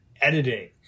editing